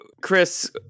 Chris